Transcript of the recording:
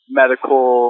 medical